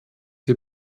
wir